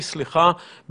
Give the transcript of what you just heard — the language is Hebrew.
9:30, סליחה.